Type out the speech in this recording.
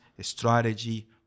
strategy